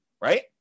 right